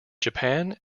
japan